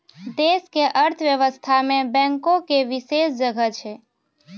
देश के अर्थव्यवस्था मे बैंको के विशेष जगह छै